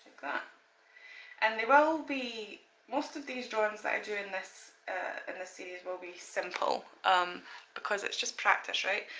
that and they will be most of these drawings that i do in this and series will be simple um because it's just practice right?